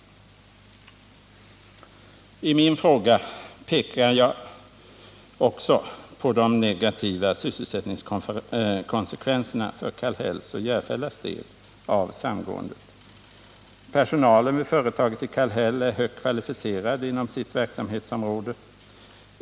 I min fråga pekar jag också på de negativa sysselsättningskonsekvenserna av samgåendet för Kallhälls och Järfällas del. Personalen vid företaget i Kallhäll är högt kvalificerad inom sitt verksamhetsområde.